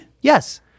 Yes